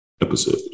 episode